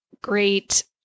great